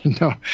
No